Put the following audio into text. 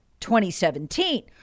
2017